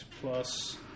plus